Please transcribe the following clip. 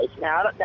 Now